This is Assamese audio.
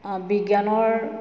বিজ্ঞানৰ